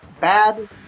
bad